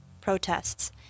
protests